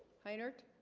hi dirt